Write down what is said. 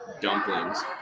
Dumplings